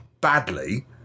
badly